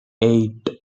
eight